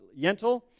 Yentl